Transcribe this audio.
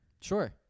Sure